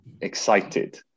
excited